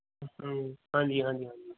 ਹਾਂਜੀ ਹਾਂਜੀ ਹਾਂਜੀ